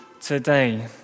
today